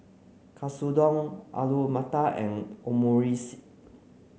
Katsudon Alu Matar and Omurice